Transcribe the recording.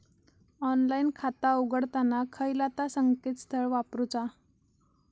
Online खाता उघडताना खयला ता संकेतस्थळ वापरूचा?